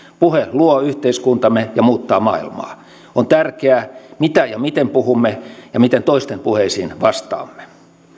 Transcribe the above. puhe luo yhteiskuntamme ja muuttaa maailmaa on tärkeää mitä ja miten puhumme ja miten toisten puheisiin vastaamme